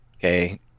Okay